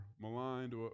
maligned